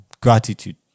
gratitude